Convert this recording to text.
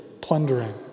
plundering